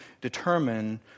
determine